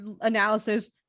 analysis